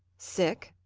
sick?